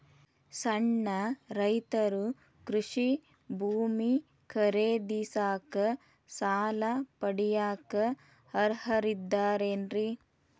ಸಣ್ಣ ರೈತರು ಕೃಷಿ ಭೂಮಿ ಖರೇದಿಸಾಕ, ಸಾಲ ಪಡಿಯಾಕ ಅರ್ಹರಿದ್ದಾರೇನ್ರಿ?